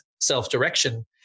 self-direction